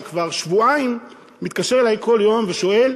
שכבר שבועיים מתקשר אלי כל יום ושואל